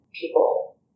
people